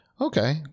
Okay